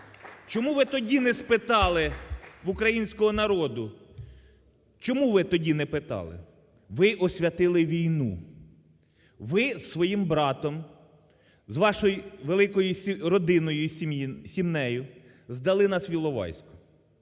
Чому ви тоді не спитали в українського народу, чому ви тоді не питали? Ви освятили війну. Ви зі своїм братом, з вашою великою родиною і сім'єю здали нас в Іловайську.